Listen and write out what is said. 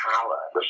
power